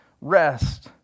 rest